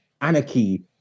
anarchy